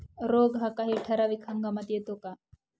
रोग हा काही ठराविक हंगामात येतो का?